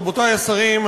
רבותי השרים,